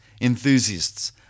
enthusiasts